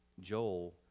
Joel